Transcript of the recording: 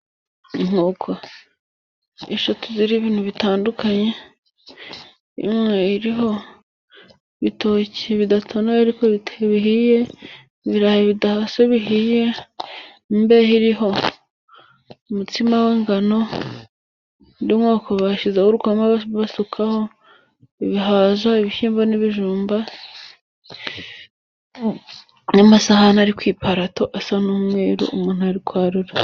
Inkoko eshatu zirimo ibintu bitandukanye. Imwe iriho ibitoki bidatonoye ariko bihiye, ibirayi bidahase bihiye. Imbehe iriho umutsima w'ingano, indi nkoko bayishyizeho urukoma, aba ari rwo basukaho ibihaza ibishyimbo, n'ibijumba. N'amasahani ari ku iparato asa n'umweru, umuntu ari kwarura.